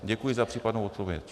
Děkuji za případnou odpověď.